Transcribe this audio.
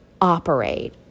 operate